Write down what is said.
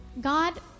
God